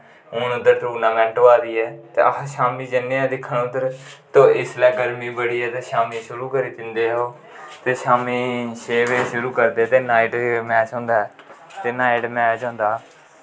हून उद्धर टूर्नामैंट होआ दी ऐ ते अस शाम्मी जन्ने आं दिक्खन उद्धर ते इसलै गर्मी बड़ी ऐ ते शाम्मी शुरू करी दिंदे ऐ ओह् ते शामी छे बज़े शुरू करदे ते नाईट मैच होंदा ऐ ते नाईट मैच होंदा